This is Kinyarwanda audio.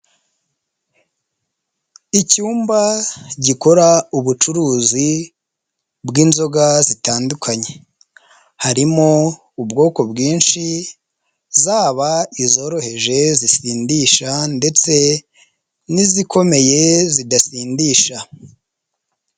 Icyumba gikora ubucuruzi bw'inzoga zitandukanye, harimo ubwoko bwinshi zaba izoroheje zisindisha ndetse n'izikomeye zidasindisha.